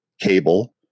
cable